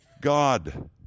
God